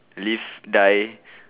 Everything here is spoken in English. live die